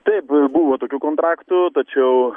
taip buvo tokių kontraktų tačiau